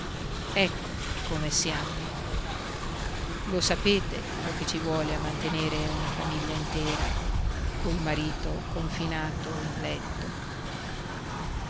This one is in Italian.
ecco come siam noi lo sapete quello che ci vuole a mantenere una famiglia intera col marito confinato in letto